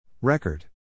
Record